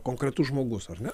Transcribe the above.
konkretus žmogus ar ne